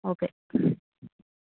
okay